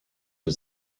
der